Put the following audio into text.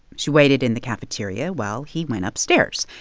she waited in the cafeteria while he went upstairs.